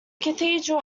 cathedral